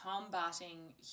combating